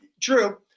true